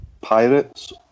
Pirates